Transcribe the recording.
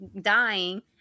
Dying